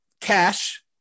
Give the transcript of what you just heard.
Cash